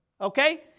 okay